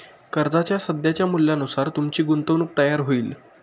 कर्जाच्या सध्याच्या मूल्यानुसार तुमची गुंतवणूक तयार होईल